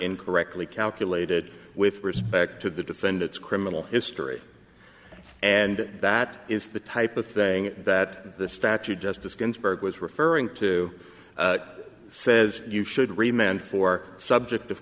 incorrectly calculated with respect to the defendant's criminal history and that is the type of thing that the statute justice ginsburg was referring to what says you should remain for subject